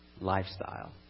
lifestyle